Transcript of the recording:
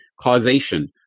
causation